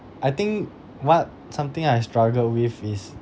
I think what something I struggled with is